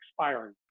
expiring